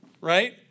right